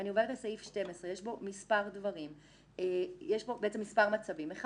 סעיף 12 יש בו כמה מצבים: א',